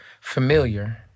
Familiar